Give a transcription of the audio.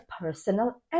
personal